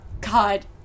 god